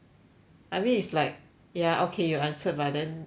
I mean it's like ya okay you answered but then um